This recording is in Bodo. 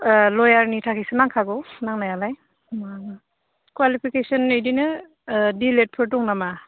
लवारनि थाखायसो नांखागौ नांनायालाय मा कुवालिफिकेसना बिदिनो डि एल एद फोर दं नामा